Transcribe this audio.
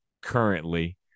currently